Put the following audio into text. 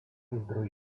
zdroj